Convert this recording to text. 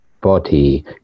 body